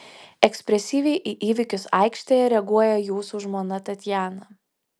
ekspresyviai į įvykius aikštėje reaguoja jūsų žmona tatjana